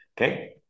okay